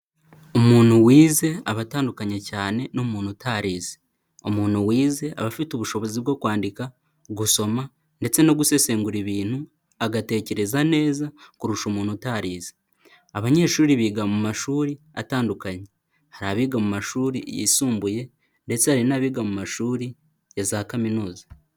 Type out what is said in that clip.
Umuntu wize aba atandukanye cyane n'umuntu utarize, umuntu wize aba afite ubushobozi bwo kwandika, gusoma ndetse no gusesengura ibintu agatekereza neza kurusha umuntu utarize, abanyeshuri biga mu mashuri atandukanye, hari abiga mu mashuri yisumbuye ndetse hari n'abiga mu mashuri ya za kaminuza.